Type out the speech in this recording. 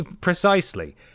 Precisely